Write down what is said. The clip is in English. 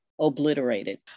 Obliterated